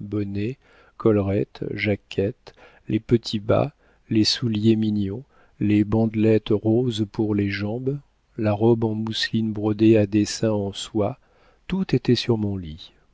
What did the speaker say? bonnets collerettes jaquette les petits bas les souliers mignons les bandelettes roses pour les jambes la robe en mousseline brodée à dessins en soie tout était sur mon lit